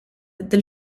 del